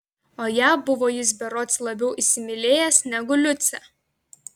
o ją buvo jis berods labiau įsimylėjęs negu liucę